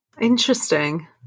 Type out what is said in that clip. Interesting